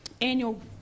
annual